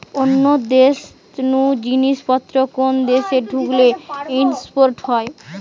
অন্য দেশ নু জিনিস পত্র কোন দেশে ঢুকলে ইম্পোর্ট হয়